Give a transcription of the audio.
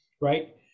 Right